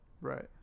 Right